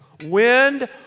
Wind